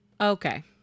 Okay